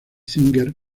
singer